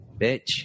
bitch